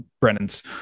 Brennan's